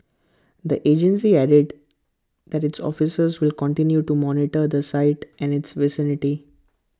the agency added that its officers will continue to monitor the site and its vicinity